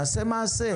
נעשה מעשה,